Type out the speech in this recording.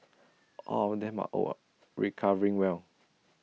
all of them are O R recovering well